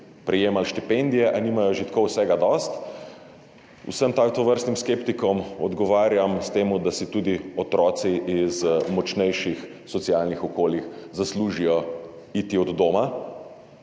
prejemali štipendije, a nimajo že tako vsega dosti. Vsem tovrstnim skeptikom odgovarjam s tem, da si tudi otroci iz močnejših socialnih okolij zaslužijo iti od doma,